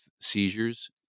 seizures